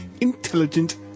Intelligent